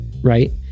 right